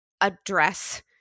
address